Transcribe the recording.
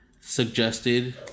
suggested